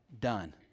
done